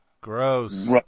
Gross